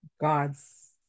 God's